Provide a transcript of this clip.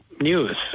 news